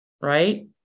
right